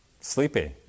sleepy